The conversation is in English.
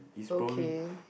okay